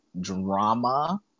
drama